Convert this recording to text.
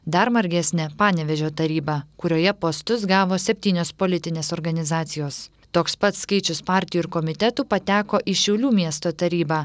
dar margesnė panevėžio taryba kurioje postus gavo septynios politinės organizacijos toks pat skaičius partijų ir komitetų pateko į šiaulių miesto tarybą